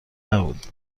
نبود